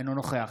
אינו נוכח